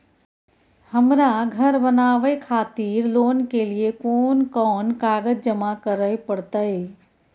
हमरा धर बनावे खातिर लोन के लिए कोन कौन कागज जमा करे परतै?